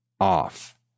off